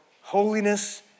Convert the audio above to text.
holiness